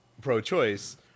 pro-choice